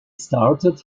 started